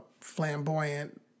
flamboyant